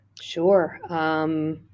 Sure